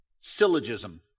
syllogism